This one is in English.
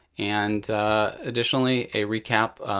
and additionally, a recap